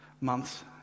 months